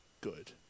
good